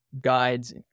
guides